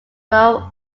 were